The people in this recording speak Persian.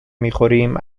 میخوریم